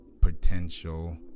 potential